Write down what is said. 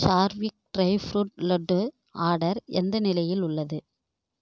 சார்விக் dry fruit laddu order எந்த நிலையில் உள்ளது